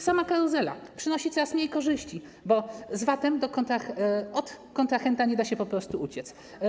Sama karuzela przynosi coraz mniej korzyści, bo z VAT-em od kontrahenta nie da się po prostu uciec.